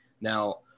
Now